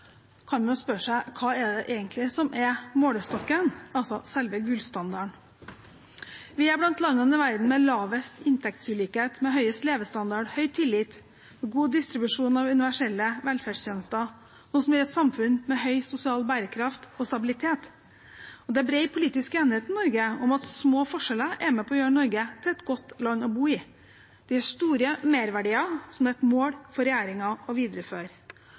kan en jo spørre seg: Hva er egentlig målestokken, selve gullstandarden? Vi er blant landene i verden med lavest inntektsulikhet, høyest levestandard, høy tillit og god distribusjon av universelle velferdstjenester, noe som gir et samfunn med høy sosial bærekraft og stabilitet. Og det er bred politisk enighet i Norge om at små forskjeller er med på å gjøre Norge til et godt land å bo i. Det gir store merverdier, som det er et mål for regjeringen å videreføre.